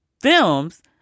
films